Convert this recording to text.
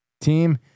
team